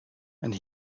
and